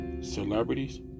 celebrities